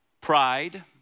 Pride